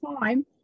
time